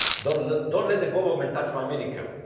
don't let don't let the government touch my medicare.